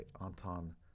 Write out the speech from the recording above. Anton